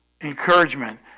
encouragement